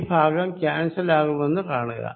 ഈ ഭാഗം ക്യാന്സലാകുമെന്നു കാണുക